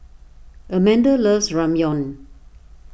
Amanda loves Ramyeon